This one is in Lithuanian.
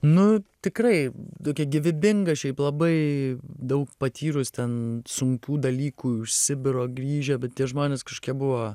nu tikrai tokia gyvybinga šiaip labai daug patyrus ten sunkių dalykų iš sibiro grįžę bet tie žmonės kažkokie buvo